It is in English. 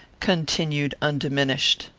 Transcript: continued undiminished.